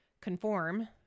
conform